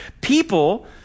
people